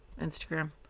Instagram